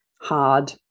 hard